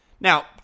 Now